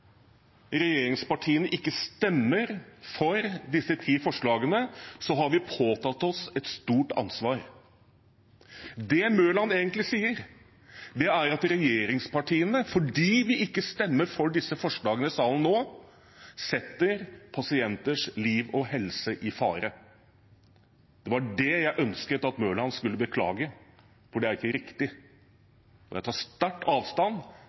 regjeringspartiene ikke stemmer for disse ti forslagene, har vi påtatt oss et stort ansvar. Det representanten Mørland egentlig sier, er at regjeringspartiene – fordi vi ikke stemmer for disse forslagene i salen nå – setter pasienters liv og helse i fare. Det var det jeg ønsket at representanten Mørland skulle beklage, for det er ikke riktig. Jeg tar sterkt avstand